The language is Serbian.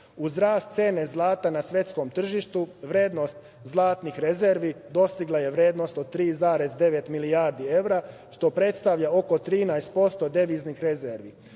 Uz rast cene zlata na svetskom tržištu, vrednost zlatnih rezervi dostigla je vrednost od 3,9 milijardi evra, što predstavlja oko 13% deviznih rezervi.